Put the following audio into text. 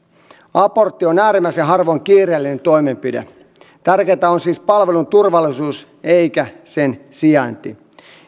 abortti on äärimmäisen harvoin kiireellinen toimenpide tärkeintä on siis palvelun turvallisuus eikä sen sijainti